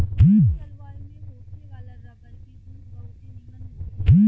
उत्तम जलवायु में होखे वाला रबर के गुण बहुते निमन होखेला